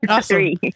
Awesome